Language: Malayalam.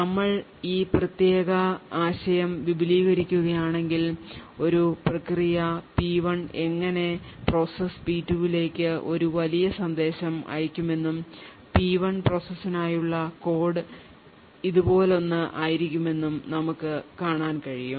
നമ്മൾ ഈ പ്രത്യേക ആശയം വിപുലീകരിക്കുകയാണെങ്കിൽ ഒരു പ്രക്രിയ P1 എങ്ങനെ പ്രോസസ്സ് P2 ലേക്ക് ഒരു വലിയ സന്ദേശം അയയ്ക്കുമെന്നും P1 പ്രോസസ്സിനായുള്ള കോഡ് ഇതുപോലൊന്ന് ആയിരിക്കുമെന്നും നമുക്ക് കാണാൻ കഴിയും